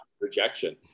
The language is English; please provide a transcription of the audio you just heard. rejection